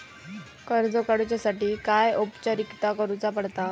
कर्ज काडुच्यासाठी काय औपचारिकता करुचा पडता?